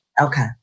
okay